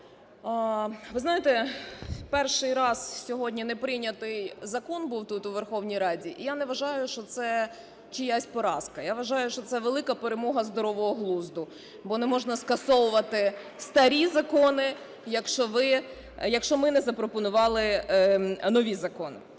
Ви знаєте, перший раз сьогодні не прийнятий закон був тут у Верховній Раді. І я не вважаю, що це чиясь поразка. Я вважаю, що це велика перемога здорового глузду. Бо не можна скасовувати старі закони, якщо ми не запропонували нові закони.